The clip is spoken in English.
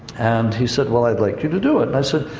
and he said, well, i'd like you to do it. and i said,